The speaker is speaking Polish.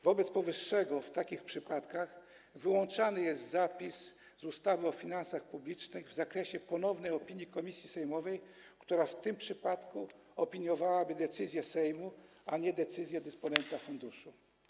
Wobec powyższego w takich przypadkach wyłączany jest zapis z ustawy o finansach publicznych w zakresie ponownej opinii komisji sejmowej, która w tym przypadku opiniowałaby decyzję Sejmu, a nie decyzję dysponenta funduszu.